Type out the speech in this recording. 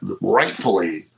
rightfully